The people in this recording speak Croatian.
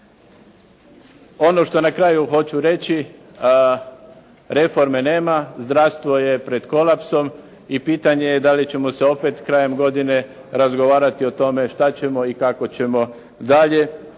Ono što na kraju hoću reći, reforme nema, zdravstvo je pred kolapsom i pitanje je da li ćemo se opet krajem godine razgovarati o tome što ćemo i kako ćemo dalje,